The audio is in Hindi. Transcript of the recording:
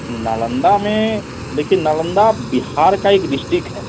नालंदा में देखिए नालंदा बिहार का एक डिस्ट्रिक्ट है